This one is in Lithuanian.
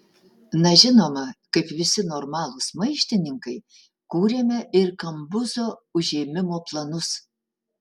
na žinoma kaip visi normalūs maištininkai kūrėme ir kambuzo užėmimo planus